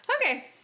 Okay